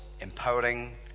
empowering